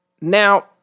now